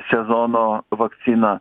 sezono vakcina